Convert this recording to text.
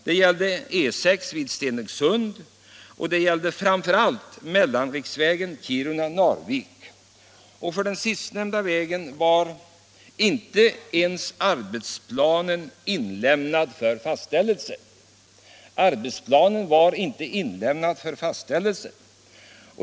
Det gällde E 6 vid Stenungsund och det gällde mellanriksvägen Kiruna-Narvik. För den sistnämnda vägen var arbetsplanen inte ens inlämnad för fastställelse.